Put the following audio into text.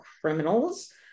criminals